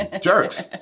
Jerks